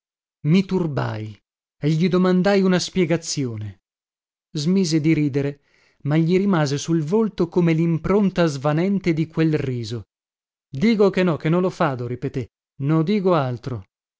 i turbai e gli domandai una spiegazione smise di ridere ma gli rimase sul volto come limpronta svanente di quel riso digo che no che no lo fado ripeté no digo altro